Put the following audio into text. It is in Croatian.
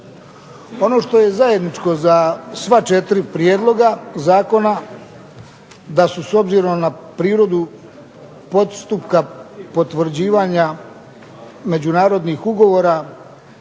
Ono je zajedničko za sva četiri prijedloga zakona, da su s obzirom na prirodu postupka potvrđivanja međunarodnih ugovora